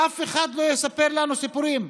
שאף אחד לא יספר לנו סיפורים.